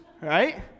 right